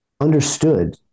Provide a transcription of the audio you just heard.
understood